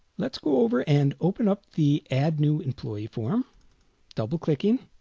let's go over and open up the add new employees form double-clicking